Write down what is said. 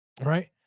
Right